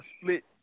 split